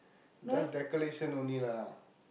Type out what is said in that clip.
just decoration only lah